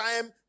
time